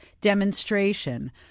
demonstration